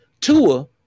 Tua